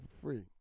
free